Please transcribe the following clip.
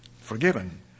forgiven